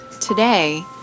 Today